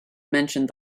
mentioned